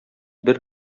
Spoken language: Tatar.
бер